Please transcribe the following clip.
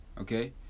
okay